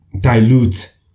dilute